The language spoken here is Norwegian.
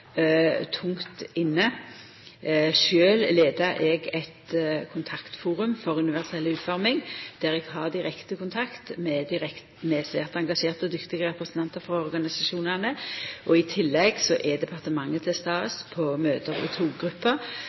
tungt inne. Sjølv leier eg eit kontaktforum for universell utforming, der eg har direkte kontakt med svært engasjerte og dyktige representantar for organisasjonane. I tillegg er departementet til stades på møte i